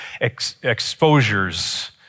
exposures